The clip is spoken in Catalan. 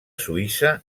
suïssa